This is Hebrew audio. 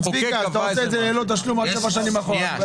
אז נעשה את זה ללא תשלום עד שבע שנים אחורה.